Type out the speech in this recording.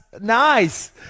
Nice